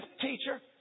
teacher